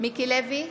מיקי לוי,